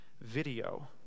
video